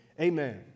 Amen